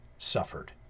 suffered